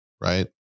Right